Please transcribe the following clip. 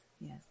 yes